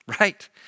Right